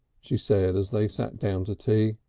she said as they sat down to tea.